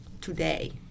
Today